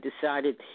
decided